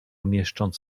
mieszcząc